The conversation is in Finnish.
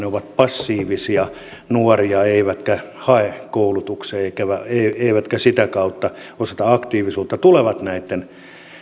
ovat passiivisia nuoria eivätkä hae koulutukseen eivätkä eivätkä sitä kautta osoita aktiivisuutta sanotaanko pakottavien toimenpiteiden kautta tulevat näitten